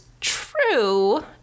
true